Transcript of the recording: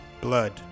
Blood